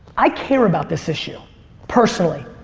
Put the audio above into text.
i care about this issue personally.